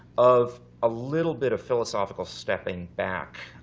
of a little bit of philosophical stepping back.